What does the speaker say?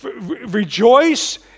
Rejoice